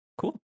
Cool